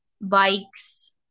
bikes